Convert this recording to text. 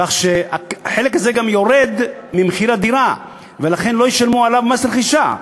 כך שהחלק הזה גם יורד ממחיר הדירה ולכן לא ישלמו עליו מס רכישה.